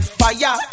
fire